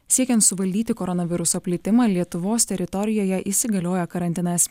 siekiant suvaldyti koronaviruso plitimą lietuvos teritorijoje įsigalioja karantinas